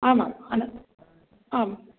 आमाम् अनन्तरम् आम्